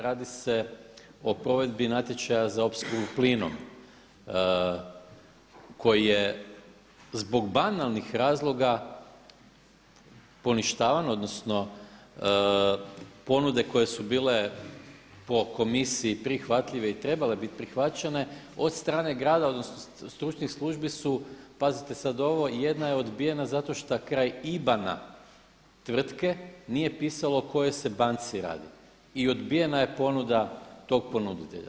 Radi se o provedbi natječaja za opskrbu plinom koji je zbog banalnih razloga poništavan, odnosno ponude koje su bile po Komisiji prihvatljive i trebale bit prihvaćene od strane grada, odnosno stručnih službi su pazite sad ovo jedna je odbijena zato šta kraj IBAN-a tvrtke nije pisalo o kojoj se banci radi i odbijena je ponuda tog ponuditelja.